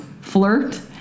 flirt